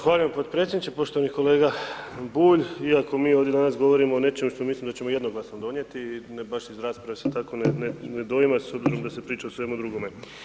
Zahvaljujem podpredsjedniče, poštovani kolega Bulj, iako mi ovdje danas govorimo o nečemu što mislim da ćemo jednoglasno donijeti, baš iz rasprave se tako ne doima, s obzirom da se priča o svemu drugome.